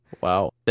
Wow